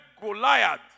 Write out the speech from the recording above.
Goliath